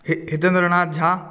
Hitendra Nath Jha